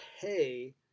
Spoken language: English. pay